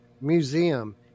museum